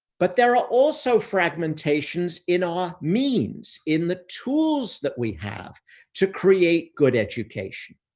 but there are also fragmentations in our means in the tools that we have to create good education.